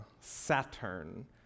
Saturn